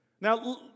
Now